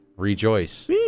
Rejoice